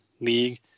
league